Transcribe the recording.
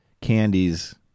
candies